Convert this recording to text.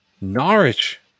Norwich